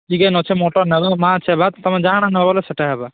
chicken ଅଛେ mutton ନେବ ମାଛ୍ ହେବା ତୁମେ ଯାଣା ନେବ ବୋଲେ ସେଟା ହେବା